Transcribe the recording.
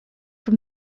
from